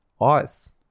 Ice